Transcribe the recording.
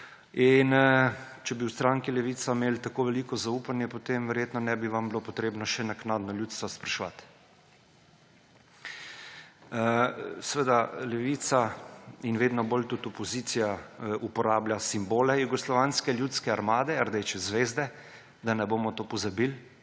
In če bi v stranki Levica imeli tako veliko zaupanje, potem vam verjetno ne bi bilo treba še naknadno ljudstva spraševati. Levica in vedno bolj tudi opozicija uporablja simbole Jugoslovanske ljudske armade, rdeče zvezde, da ne bomo tega pozabili.